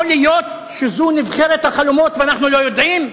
יכול להיות שזו נבחרת החלומות ואנחנו לא יודעים?